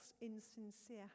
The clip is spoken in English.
insincere